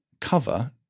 cover